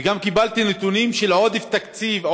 קיבלתי נתונים גם על עודף תקציב,